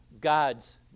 God's